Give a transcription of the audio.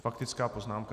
Faktická poznámka.